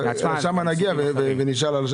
לשם נגיע ונשאל.